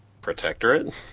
Protectorate